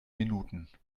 minuten